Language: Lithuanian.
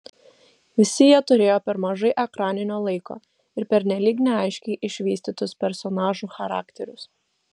visi jie turėjo per mažai ekraninio laiko ir pernelyg neaiškiai išvystytus personažų charakterius